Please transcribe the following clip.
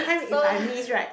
so